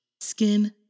skin